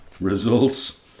results